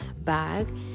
bag